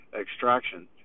extraction